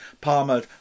Palmer